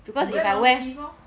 you wear long sleeve lor